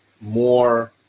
more